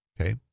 Okay